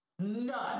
none